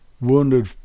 Wounded